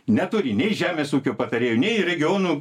neturi nei žemės ūkio patarėjo nei regionų